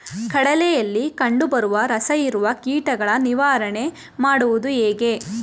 ಕಡಲೆಯಲ್ಲಿ ಕಂಡುಬರುವ ರಸಹೀರುವ ಕೀಟಗಳ ನಿವಾರಣೆ ಮಾಡುವುದು ಹೇಗೆ?